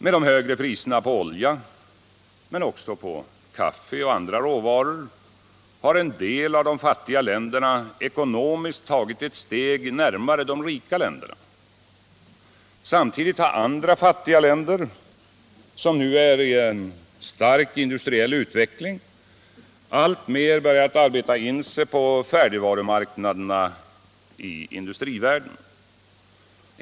Med de högre priserna på olja, men också på kaffe och andra råvaror, har en del av de fattiga länderna ekonomiskt tagit ett steg närmare de rika. Samtidigt har andra fattiga länder, som nu är i stark industriell utveckling, alltmer börjat arbeta sig in på färdigvarumarknaderna i industrivärlden.